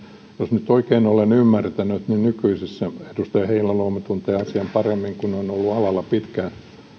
nyt oikein olen ymmärtänyt edustaja heinäluoma tuntee asian paremmin kun on ollut alalla pitkään